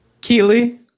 Keely